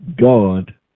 God